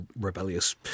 rebellious